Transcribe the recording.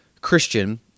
Christian